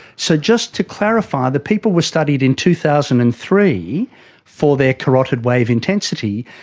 so just to clarify, the people were studied in two thousand and three for their carotid wave intensity,